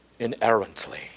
inerrantly